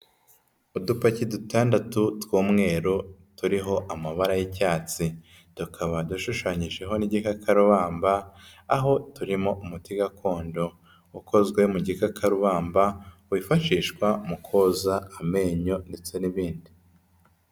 Udupaki dutandatu tw'umweru, turiho amabara y'icyatsi, tukaba dushushanyijeho n'igikakabamba, aho turimo umuti gakondo, ukozwe mu gikakarubamba, wifashishwa mu koza amenyo ndetse n'ibindi.